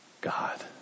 God